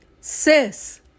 sis